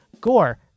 gore